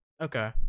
okay